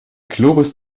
globus